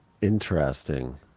interesting